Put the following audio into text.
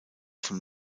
von